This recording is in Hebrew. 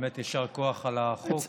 באמת יישר כוח על החוק.